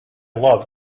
love